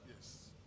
Yes